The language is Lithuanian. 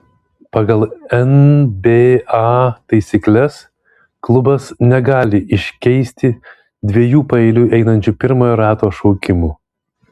pagal nba taisykles klubas negali iškeisti dviejų paeiliui einančių pirmojo rato šaukimų